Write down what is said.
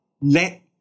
let